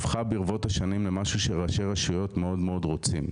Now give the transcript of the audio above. -- הפכה ברבות השנים למשהו שראשי רשויות מאוד מאוד רוצים.